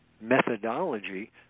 methodology